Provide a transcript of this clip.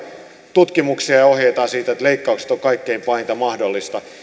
tutkimuksiaan ja ohjeitaan siitä että leikkaukset ovat kaikkein pahinta mahdollista